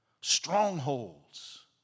strongholds